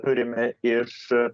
turime iš